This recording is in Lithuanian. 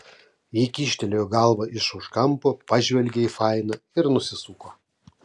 ji kyštelėjo galvą iš už kampo pažvelgė į fainą ir nusisuko